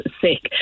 sick